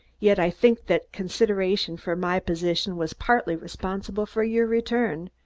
yet i think that consideration for my position was partly responsible for your return,